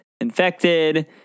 infected